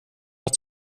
att